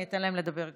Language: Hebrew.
אני אתן להם לדבר גם.